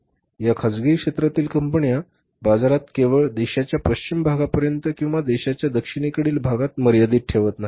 या खाजगी क्षेत्रातील कंपन्या या बाजारांना केवळ देशाच्या पश्चिम भागापर्यंत किंवा देशाच्या दक्षिणेकडील भागात मर्यादित ठेवत नाहीत